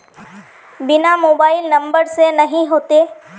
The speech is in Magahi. बिना मोबाईल नंबर से नहीं होते?